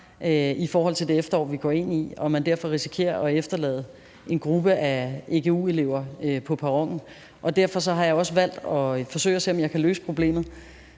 i forhold til det efterår, vi går ind i, og at man derfor risikerer at efterlade en gruppe af egu-elever på perronen. Derfor har jeg også valgt at forsøge at se, om jeg kan løse problemet,